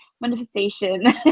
manifestation